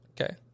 Okay